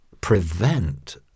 prevent